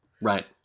Right